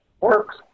works